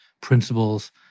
principles